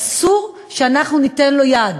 אסור שאנחנו ניתן לו יד.